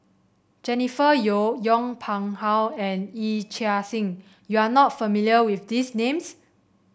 Jennifer Yeo Yong Pung How and Yee Chia Hsing you are not familiar with these names